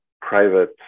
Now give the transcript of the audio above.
private